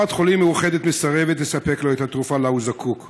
קופת חולים מאוחדת מסרבת לספק לו ללא תשלום את התרופה שהוא זקוק לה,